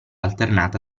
alternata